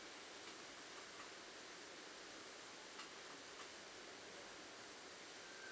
um